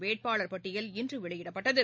வேட்பாளர் பட்டியல் இன்று வெளியிடப்பட்டது